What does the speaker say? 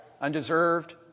undeserved